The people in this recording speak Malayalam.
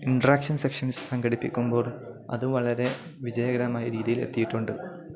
ഇൻട്രാക്ഷൻ സെക്ഷൻസ് സംഘടിപ്പിക്കുമ്പോൾ അത് വളരെ വിജയകരമായ രീതിയിൽ എത്തിയിട്ടുണ്ട്